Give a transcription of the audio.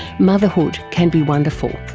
motherhood can be wonderful,